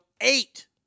Eight